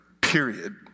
period